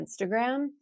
Instagram